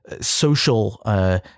social